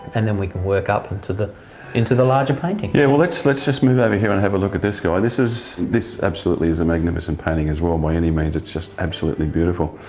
and then we can work up into the into the larger painting. yeah, well let's let's just move over here and have a look at this guy. this is absolutely is a magnificent painting as well, by any means it's just absolutely beautiful.